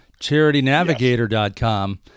CharityNavigator.com